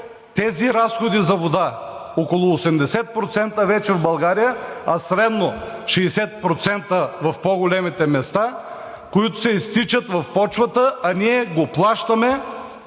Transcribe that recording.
тези разходи за вода – вече около 80% в България, а средно 60% в по-големите места, които се изтичат в почвата, а ние, гражданите,